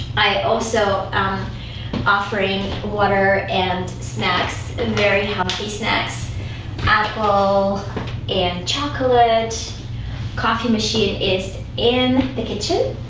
i also um offering water and snacks and very healthy snacks at all and chocolate coffee machine is in the kitchen